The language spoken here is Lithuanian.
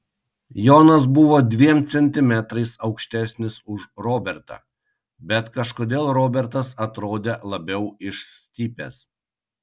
jonas buvo dviem centimetrais aukštesnis už robertą bet kažkodėl robertas atrodė labiau išstypęs